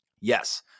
Yes